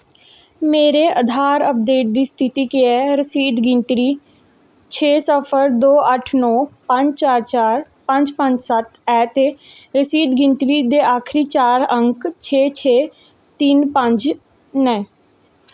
मेरे आधार अपडेट दी स्थिति केह् ऐ रसीद गिनतरी छे सिफर दो अट्ठ नौ पंज चार चार पंज पंज सत्त ऐ ते रसीद गिनतरी दे आखरी चार अंक छे छे तिन्न पंज न